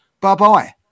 bye-bye